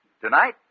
Tonight